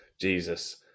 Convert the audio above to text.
Jesus